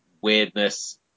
weirdness